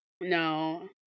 no